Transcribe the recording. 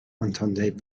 entendez